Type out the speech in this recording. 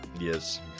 Yes